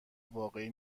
واقعی